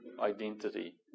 identity